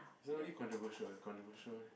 it's already controversial is controversial meh